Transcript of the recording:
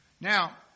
Now